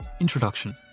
Introduction